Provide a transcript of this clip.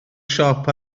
siop